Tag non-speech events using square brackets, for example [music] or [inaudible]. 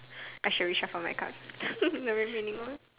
I should reshuffle my cards [noise] there is any more